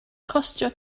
costio